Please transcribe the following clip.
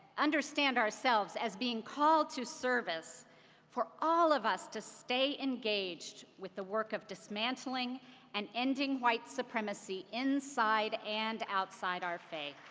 understand ourselves as being called to service for all of us to stay engaged with the work of dismantling and ending white supremacy inside and outside our faith.